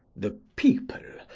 the people!